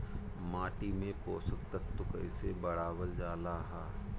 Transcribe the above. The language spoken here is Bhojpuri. माटी में पोषक तत्व कईसे बढ़ावल जाला ह?